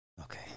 Okay